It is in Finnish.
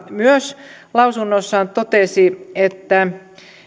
myös talousvaliokunta lausunnossaan totesi että